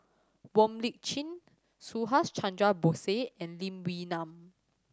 Wong Lip Chin Subhas Chandra Bose and Lee Wee Nam